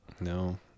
No